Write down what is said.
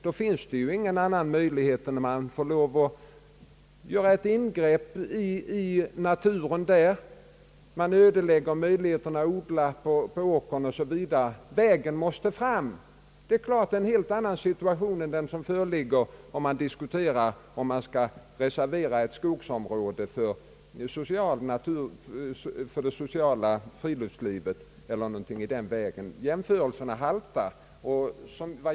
Då finns det inte någon annan utväg än att göra ett ingrepp i naturen. Man ödelägger möjligheterna att odla på åkern o. s. v. Vägen måste ju fram. Det är klart, att detta är en helt annan situation än den som föreligger om man skall reservera ett skogsområde för det sociala friluftslivet eller någonting i den stilen. Jämförelserna haltar.